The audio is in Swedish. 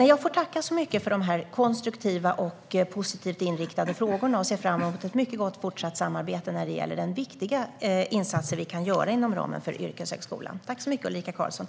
Jag tackar så mycket för dessa konstruktiva och positivt inriktade frågor och ser fram emot ett mycket gott fortsatt samarbete när det gäller viktiga insatser som vi kan göra inom ramen för yrkeshögskolan.